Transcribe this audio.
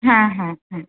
হ্যাঁ হ্যাঁ হ্যাঁ